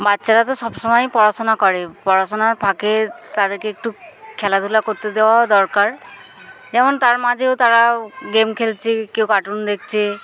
বাচ্চারা তো সব সমময়ই পড়াশোনা করে পড়াশোনার ফাঁকে তাদেরকে একটু খেলাধুলা করতে দেওয়া দরকার যেমন তার মাঝেও তারা গেম খেলছে কেউ কার্টুন দেখছে